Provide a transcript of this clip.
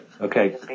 Okay